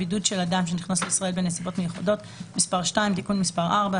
(בידוד של אדם שנכנס לישראל בנסיבות מיוחדות) (מס' 2) (תיקון מס' 4),